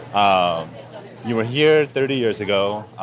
um you were here thirty years ago.